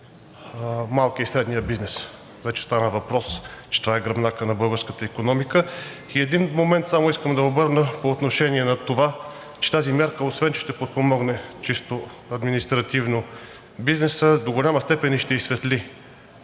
малкия и средния бизнес – вече стана въпрос, че това е гръбнакът на българската икономика. Само искам да обърна внимание по отношение на това, че тази мярка, освен че ще подпомогне чисто административно бизнеса, до голяма степен и ще изсветли,